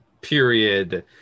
period